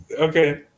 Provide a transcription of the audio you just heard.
Okay